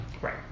Right